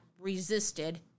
resisted